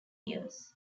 years